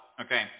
okay